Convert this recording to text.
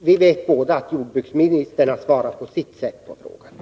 Herr talman! Vi vet båda att jordbruksministern har svarat på frågan på sitt sätt.